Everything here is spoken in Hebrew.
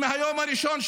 מהיום הראשון,